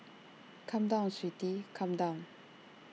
come down sweetie come down